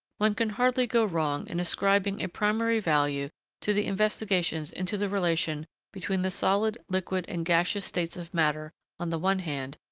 one can hardly go wrong in ascribing a primary value to the investigations into the relation between the solid, liquid, and gaseous states of matter on the one hand,